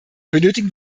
benötigen